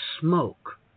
smoke